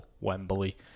Wembley